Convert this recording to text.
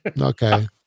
Okay